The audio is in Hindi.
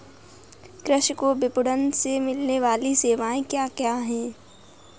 कृषि को विपणन से मिलने वाली सेवाएँ क्या क्या है